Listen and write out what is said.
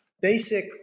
basic